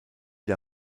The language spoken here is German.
der